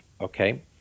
okay